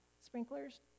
sprinklers